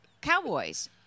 Cowboys